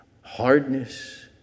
hardness